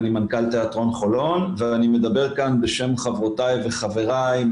אני מנכ"ל תיאטרון חולון ואני מדבר כאן בשם חברותיי וחבריי,